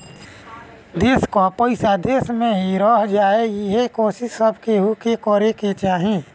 देस कअ पईसा देस में ही रह जाए इहे कोशिश सब केहू के करे के चाही